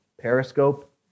periscope